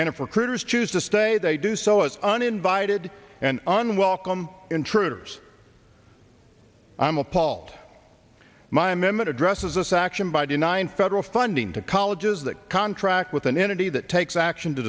and if recruiters choose to stay they do so as uninvited and unwelcome intruders i am appalled my minute addresses this action by denying federal funding to colleges that contract with an entity that takes action to